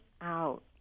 out